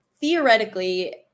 theoretically